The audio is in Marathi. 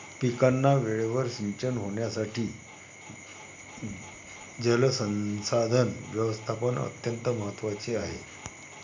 पिकांना वेळेवर सिंचन होण्यासाठी जलसंसाधन व्यवस्थापन अत्यंत महत्त्वाचे आहे